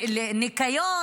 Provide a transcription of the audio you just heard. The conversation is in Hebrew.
ניקיון,